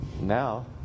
Now